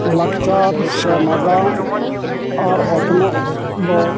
ᱞᱟᱠᱪᱟᱨ ᱥᱮ ᱱᱟᱜᱟᱢ ᱟᱨ ᱚᱛᱱᱚᱜ ᱫᱚ